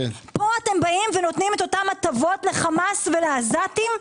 אתם באים ונותנים את אותן הטבות לחמאס ולעזתים?